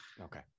Okay